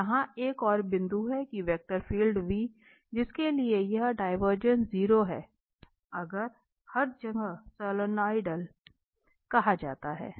तो यहाँ एक और बिंदु है कि वेक्टर फील्ड जिसके लिए यह डिवरजेंस 0 है हर जगह सोलेनोइडल कहा जाता है